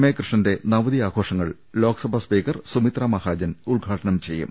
A കൃഷ്ണന്റെ നവതി ആഘോഷങ്ങൾ ലോക്സഭാ സ്പീക്കർ സുമിത്ര മഹാ ജൻ ഉദ്ഘാടനം ചെയ്യും